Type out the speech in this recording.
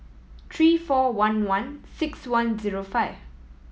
three four one one six one zero five